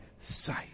sight